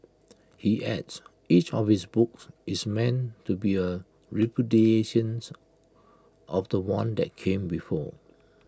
he adds each of his books is meant to be A repudiations of The One that came before